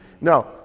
Now